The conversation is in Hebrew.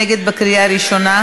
האנשים רואים, תודה.